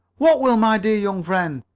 what will, my dear young friend?